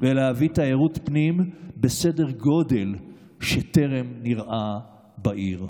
ולהביא תיירות פנים בסדר גודל שטרם נראה בעיר.